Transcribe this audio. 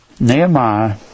Nehemiah